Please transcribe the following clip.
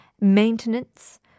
Maintenance